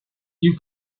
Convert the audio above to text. you